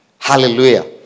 Hallelujah